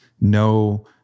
no